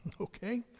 Okay